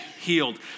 healed